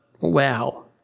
wow